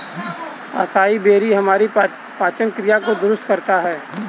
acai berry हमारी पाचन क्रिया को दुरुस्त करता है